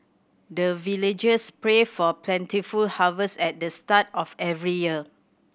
the villagers pray for plentiful harvest at the start of every year